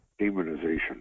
demonization